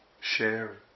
share